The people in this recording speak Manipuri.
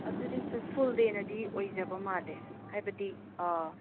ꯑꯗꯨꯗꯤ ꯐꯨꯜ ꯗꯦ ꯅꯗꯤ ꯑꯣꯏꯖꯕ ꯃꯥꯜꯂꯦ ꯍꯥꯏꯕꯗꯤ